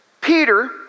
Peter